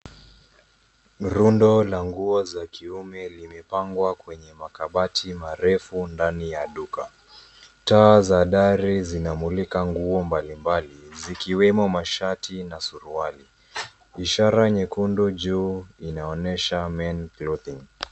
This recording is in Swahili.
Rundo la nguo za kiume limepangwa kwenye makabati marefu ndani ya duka. Taa za dari zinamulika nguo mbali mbali zikiwemo mashati na suruali. Ishara nyekundu juu inaonyesha men clothing .